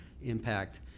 impact